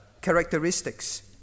characteristics